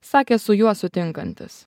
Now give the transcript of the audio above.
sakė su juo sutinkantis